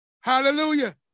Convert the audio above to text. Hallelujah